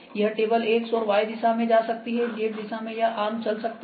यह table X और Y दिशा में जा सकती है Z दिशा में यह आर्म चल सकता है